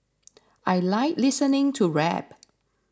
I like listening to rap